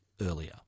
earlier